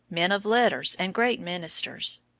men of letters and great ministers.